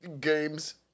games